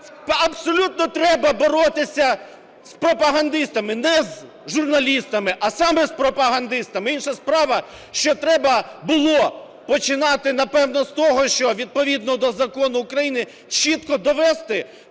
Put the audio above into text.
Абсолютно треба боротися з пропагандистами, не з журналістами, а саме з пропагандистами. Інша справа, що треба було починати, напевно, з того, що відповідно до закону України чітко довести